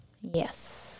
Yes